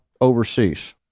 overseas